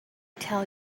tell